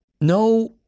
No